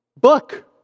book